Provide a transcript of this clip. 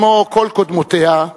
כמו כל קודמותיה,